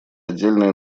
отдельные